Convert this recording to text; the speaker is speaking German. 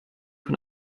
von